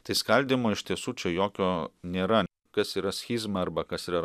tai skaldymo iš tiesų čia jokio nėra kas yra schizma arba kas yra